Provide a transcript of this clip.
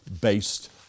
based